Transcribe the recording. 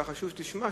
ולכן היה חשוב שתשמע,